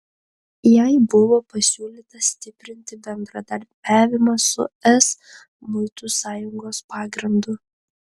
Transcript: jai buvo pasiūlyta stiprinti bendradarbiavimą su es muitų sąjungos pagrindu